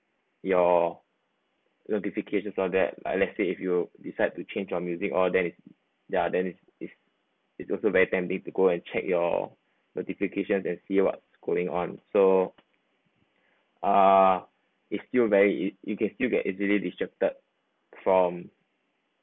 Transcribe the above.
your notifications all that like let's say if you decide to change your music all that ya then is is is also very tempting to go and check your notification then see what's going on so uh it's still very you can still get easily distracted from